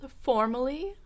Formally